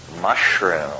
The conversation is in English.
mushroom